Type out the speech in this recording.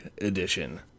Edition